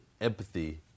empathy